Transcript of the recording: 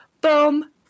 boom